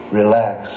relax